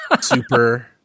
Super